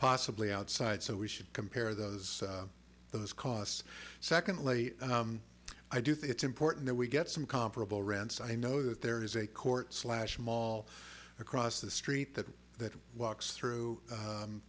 possibly outside so we should compare those those costs secondly i do think it's important that we get some comparable rents i know that there is a court slash mall across the street that that walks through